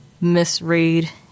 misread